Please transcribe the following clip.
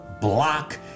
block